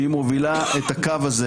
שהיא מובילה את הקו הזה,